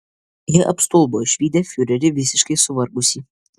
jie apstulbo išvydę fiurerį visiškai suvargusį